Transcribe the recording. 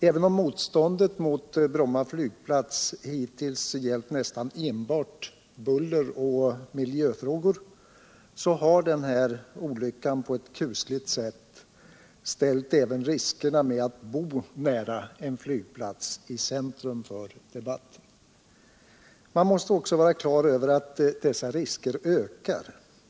Även om motståndet mot Bromma flygplats hittills gällt nästan enbart buller och miljöfrågor så har denna olycka på ett kusligt sätt ställt även riskerna med att bo nära en flygplats i centrum för debatten. Man måste också vara klar över att dessa risker ökar.